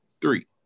three